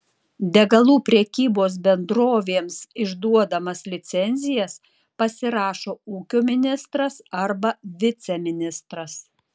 degalų prekybos bendrovėms išduodamas licencijas pasirašo ūkio ministras arba viceministras